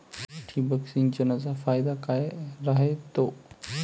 ठिबक सिंचनचा फायदा काय राह्यतो?